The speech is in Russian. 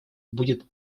будет